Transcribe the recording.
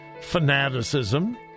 fanaticism